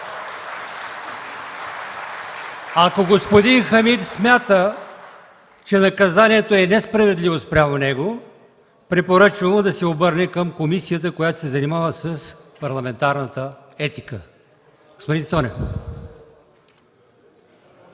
Ако господин Хамид смята, че наказанието е несправедливо спрямо него, препоръчвам му да се обърне към комисията, която се занимава с парламентарна етика. Господин Цонев